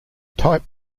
type